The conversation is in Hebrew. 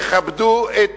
יכבדו את